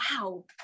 wow